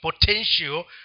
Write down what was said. potential